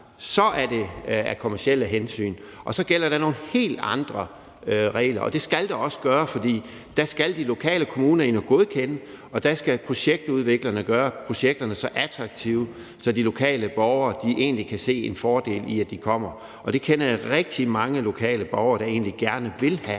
er det af kommercielle hensyn, og så gælder der nogle helt andre regler. Det skal der også gøre, for der skal de lokale kommuner ind og godkende det, og der skal projektudviklerne gøre projekterne så attraktive, at de lokale borgere kan se en fordel i, at de kommer. Og jeg kender rigtig mange borgere, der egentlig gerne vil have